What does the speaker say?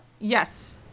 Yes